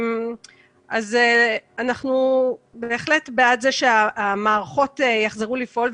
אנחנו בהחלט בעד זה שהמערכות יחזרו לפעול.